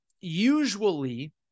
Usually